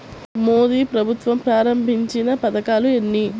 మోదీ ప్రభుత్వం ప్రారంభించిన పథకాలు ఎన్ని?